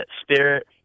Spirit